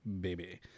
baby